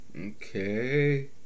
Okay